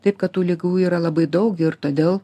taip kad tų ligų yra labai daug ir todėl